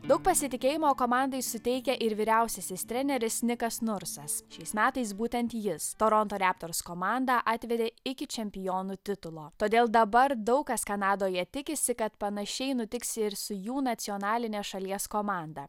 daug pasitikėjimo komandai suteikia ir vyriausiasis treneris nikas nursas šiais metais būtent jis toronto raptors komandą atvedė iki čempionų titulo todėl dabar daug kas kanadoje tikisi kad panašiai nutiks ir su jų nacionaline šalies komanda